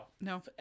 no